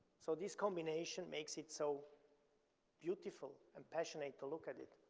so this combination makes it so beautiful and passionate to look at it.